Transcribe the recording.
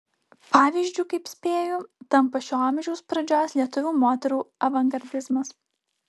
pavyzdžiu kaip spėju tampa šio amžiaus pradžios lietuvių moterų avangardizmas